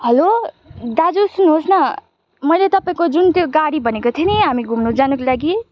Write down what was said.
hello दाजु सुन्नुहोस् न मैले तपाईँको जुन त्यो गाडी भनेको थिएँ नि हामी घुम्नु जानुको लागि